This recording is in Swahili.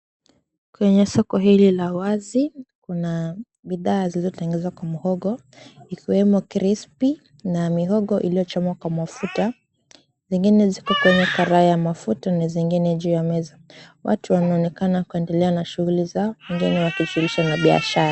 Kwenye soko hili la wazi kuna bidhaa zilizotengenezwa kwa mihogo ikiwemo crispy na mihogo iliyochomwa kwa mafuta zingine ziko kwenye karai ya mafuta na zingine juu ya meza. Watu wanaonekana kuendelea na shughuli zao na wengine wakifanya biashara.